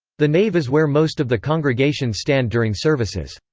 the nave is where most of the congregation stand during services.